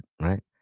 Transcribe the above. right